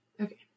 Okay